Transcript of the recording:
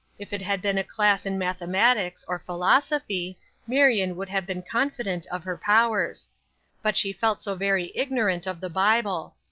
if it had been a class in mathematics or philosophy marion would have been confident of her powers but she felt so very ignorant of the bible.